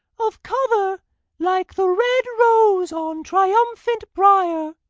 of colour like the red rose on triumphant brier,